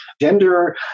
gender